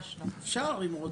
אפשר אם רוצים.